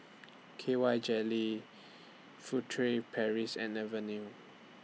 K Y Jelly Furtere Paris and Avene